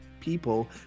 people